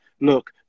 look